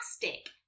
fantastic